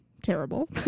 Terrible